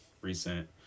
recent